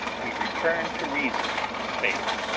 we return to reason and faith.